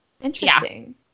interesting